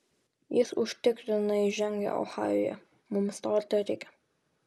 jis užtikrinai žengia ohajuje mums to ir tereikia